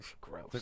gross